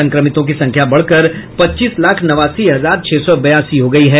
संक्रमितों की संख्या बढ़कर पच्चीस लाख नवासी हजार छह सौ बयासी हो गई है